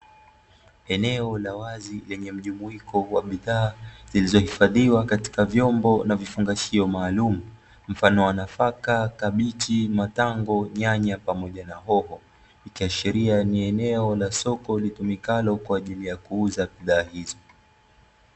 Eneo la wazi lenye mjumuiko wa bidhaa zilizohifadhiwa katika vyombo na vifungashio maalumu mfano wa nafaka, kabichi, matango, nyanya, pamoja na hoho ikiashiria ni eneo la soko litumikalo kwaajili ya kuuza bidhaa hizo.